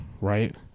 right